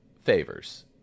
favors